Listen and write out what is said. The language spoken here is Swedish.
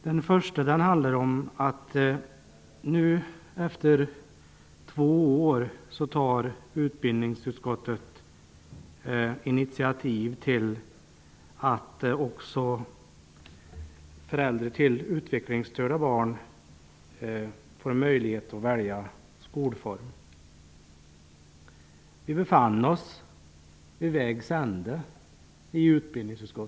Den första handlar om att utbildningsutskottet nu efter två år tar initiativ till att också föräldrar till utvecklingsstörda barn skall få möjlighet att välja skolform. Utbildningsutskottet befann sig vid vägs ände.